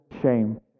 shame